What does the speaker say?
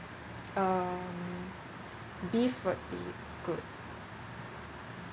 um beef would be good